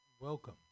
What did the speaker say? Welcome